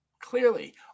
Clearly